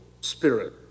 spirit